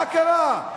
מה קרה?